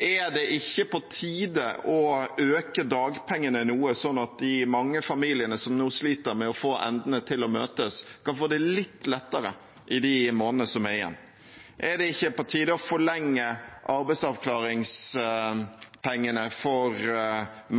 Er det ikke på tide å øke dagpengene noe, sånn at de mange familiene som nå sliter med å få endene til å møtes, kan få det litt lettere i de månedene som er igjen? Er det ikke på tide å forlenge arbeidsavklaringspengene for